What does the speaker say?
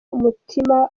umutima